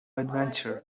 adventure